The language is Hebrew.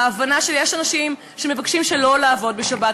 בהבנה שיש אנשים שמבקשים שלא לעבוד בשבת,